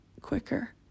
quicker